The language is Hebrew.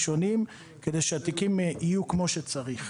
ראשונים כדי שהתיקים יהיו כמו שצריך.